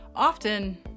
often